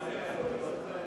מה קשור?